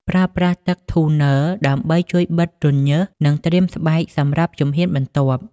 ប្រើប្រាស់ទឹកថូន័រ ដើម្បីជួយបិទរន្ធញើស និងត្រៀមស្បែកសម្រាប់ជំហានបន្ទាប់ ។